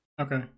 Okay